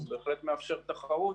הוא בהחלט מאפשר תחרות